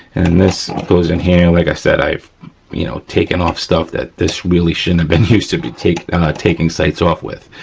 and this goes in here like i said, i've you know taken off stuff that this really shouldn't have been used to be taking taking sights off with.